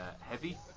Heavy